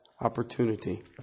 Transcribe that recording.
opportunity